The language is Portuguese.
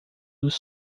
dos